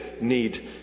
need